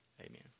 amen